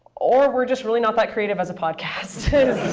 or we're just really not that creative as a podcast.